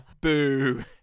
boo